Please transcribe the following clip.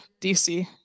DC